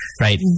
right